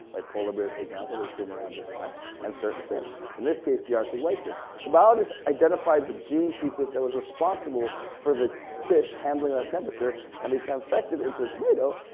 like polar bears for example. they swim around just find and certain fish. in this case, the arctic whitefish. so biologists identified the gene sequence that was responsible for the fish handling that temperature and they transfected into a tomato,